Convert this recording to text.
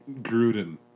Gruden